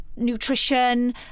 nutrition